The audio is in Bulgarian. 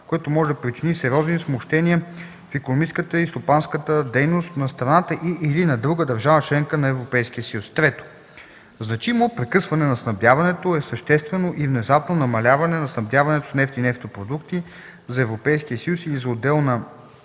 което може да причини сериозни смущения в икономическата и стопанската дейност на страната и/или на друга държава – членка на Европейския съюз. 3. „Значимо прекъсване на снабдяването” е съществено и внезапно намаляване на снабдяването с нефт и нефтопродукти за Европейския